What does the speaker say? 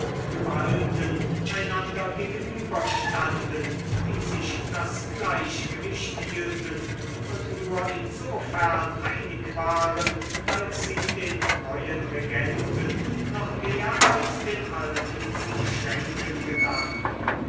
gewalten einander gegenüber standen die sich das gleichgewicht hielten und nur insofern einig waren als sie den neuen regenten noch mehr als den alten zu beschränken gedachten